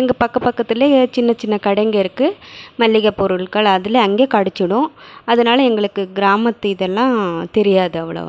எங்கள் பக்க பக்கத்துலேயே சின்ன சின்ன கடைங்கள் இருக்குது மளிக பொருள்கள் அதெலாம் அங்கே கெடைச்சிடும் அதனால எங்களுக்கு கிராமத்து இதெலாம் தெரியாது அவ்வளவா